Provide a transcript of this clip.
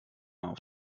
auf